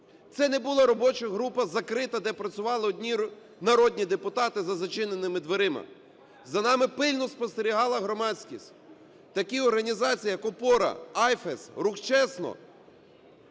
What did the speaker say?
Це не була робоча група закрита, де працювали одні народні депутати за зачиненими дверима. За нами пильно спостерігала громадськість. Такі організація, як "ОПОРА", IFES, рух "ЧЕСНО",